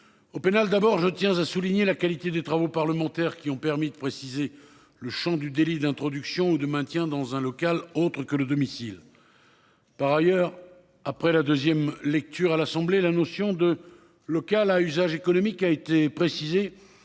Au pénal, d'abord je tiens à souligner la qualité des travaux parlementaires qui ont permis de préciser le Champ du délit d'introduction ou de maintien dans un local autre que le domicile. Par ailleurs, après la deuxième lecture à l'Assemblée la notion de local à usage économique a été précisé